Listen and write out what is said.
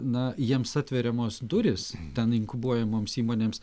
na jiems atveriamos durys ten inkubuojamoms įmonėms